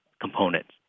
components